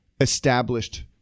established